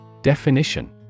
Definition